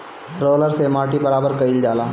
roller से माटी बराबर कइल जाला